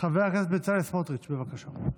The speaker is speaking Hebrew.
חבר הכנסת בצלאל סמוטריץ', בבקשה.